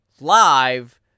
live